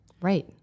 right